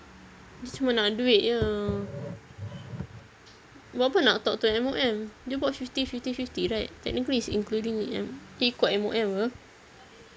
dia cuma nak duit jer buat apa nak talk to M_O_M dia buat fifty fifty fifty right technically it's including am dia ikut M_O_M [pe]